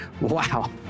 Wow